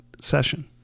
session